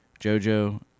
JoJo